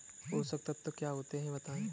पोषक तत्व क्या होते हैं बताएँ?